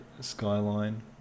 skyline